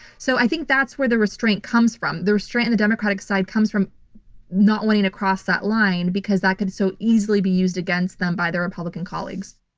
so, i think that's where the restraint comes from. the restraint in the democratic side comes from not wanting to cross that line because that can so easily be used against them by their republican colleagues.